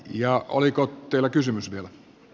ja oliko teillä kysymys vielä